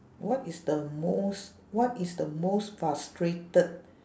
what is the most what is the most frustrated